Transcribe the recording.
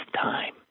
time